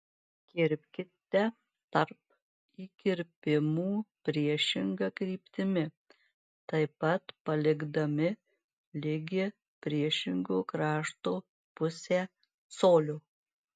kirpkite tarp įkirpimų priešinga kryptimi taip pat palikdami ligi priešingo krašto pusę colio